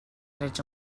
drets